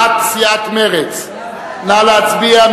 נא להצביע.